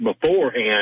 beforehand